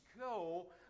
go